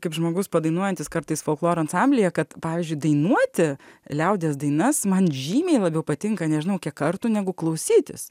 kaip žmogus padainuojantis kartais folkloro ansamblyje kad pavyzdžiui dainuoti liaudies dainas man žymiai labiau patinka nežinau kiek kartų negu klausytis